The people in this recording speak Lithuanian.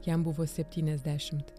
jam buvo septyniasdešimt